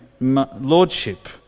lordship